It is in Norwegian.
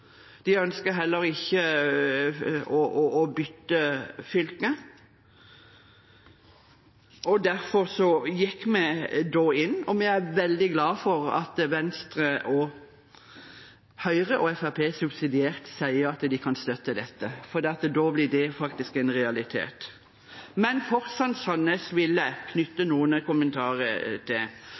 De ønsker heller ikke å bytte fylke. Derfor gikk vi inn for det, og vi er veldig glad for at Venstre, Høyre og Fremskrittspartiet subsidiært sier at de kan støtte dette, for da blir dette en realitet. Forsand/Sandnes vil jeg knytte noen kommentarer til: